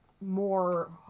more